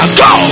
go